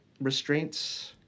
restraints